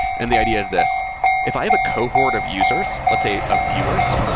and the idea is this if i have a cohort of users, let's say of viewers,